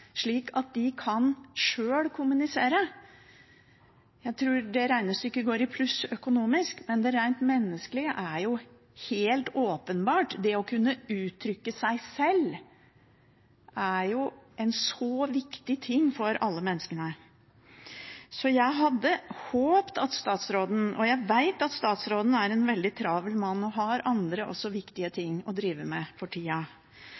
slik at de kan kommunisere selv. Jeg tror det regnestykket går i pluss økonomisk, men det rent menneskelige er helt åpenbart; det å kunne uttrykke seg er jo så viktig for alle mennesker. Jeg vet at statsråden er en veldig travel mann og også har andre viktige ting å drive med for tida,